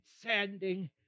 sanding